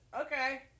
okay